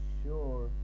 sure